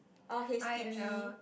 I uh